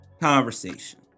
conversation